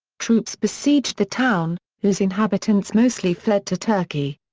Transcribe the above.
troops besieged the town, whose inhabitants mostly fled to turkey.